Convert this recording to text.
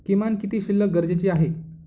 किमान किती शिल्लक गरजेची आहे?